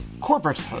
Corporate